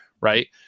right